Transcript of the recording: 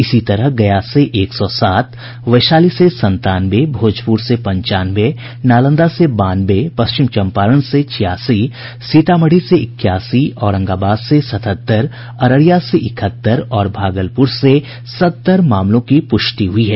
इसी तरह गया से एक सौ सात वैशाली से संतानवे भोजपुर से पंचानवे नालंदा से बानवे पश्चिम चंपारण से छियासी सीतामढ़ी से इक्यासी औरंगाबाद से सतहत्तर अररिया से इकहत्तर और भागलपुर से सत्तर मामलों की पुष्टि हुई है